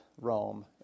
Rome